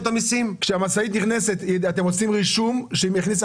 --- כשהמשאית נכנסת אתם עושים רישום של כמות